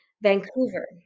Vancouver